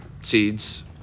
seeds